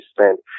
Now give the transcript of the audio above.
spent